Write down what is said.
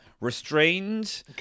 restrained